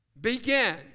Begin